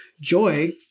Joy